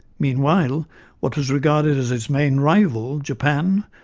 meanwhile what was regarded as its main rival, japan,